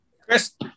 Chris